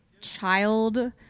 child